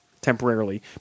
temporarily